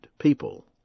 people